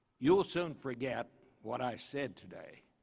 you'll soon forget what i said today,